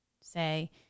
say